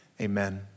amen